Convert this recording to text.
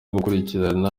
gukurikirana